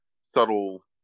subtle